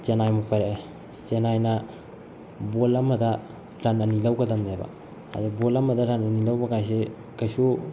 ꯆꯦꯟꯅꯥꯏ ꯑꯃꯨꯛ ꯄꯥꯏꯔꯛꯑꯦ ꯆꯦꯟꯅꯥꯏꯅ ꯕꯣꯜ ꯑꯃꯗ ꯔꯟ ꯑꯅꯤ ꯂꯧꯒꯗꯕꯅꯦꯕ ꯑꯗꯨ ꯕꯣꯜ ꯑꯃꯗ ꯔꯟ ꯑꯅꯤ ꯂꯧꯕ ꯀꯥꯏꯁꯦ ꯀꯩꯁꯨ